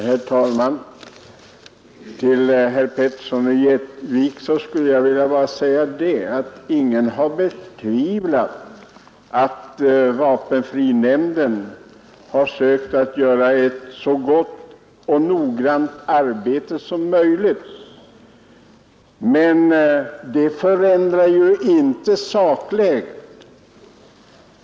Herr talman! Till herr Petersson i Gäddvik skulle jag vilja säga att ingen har betvivlat att vapenfrinämnden försökt göra ett så gott och noggrant arbete som möjligt. Men det förändrar ju inte sakläget.